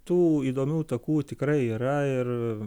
tų įdomių takų tikrai yra ir